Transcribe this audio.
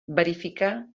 verificar